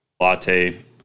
latte